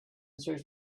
search